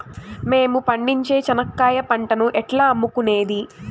మేము పండించే చెనక్కాయ పంటను ఎట్లా అమ్ముకునేది?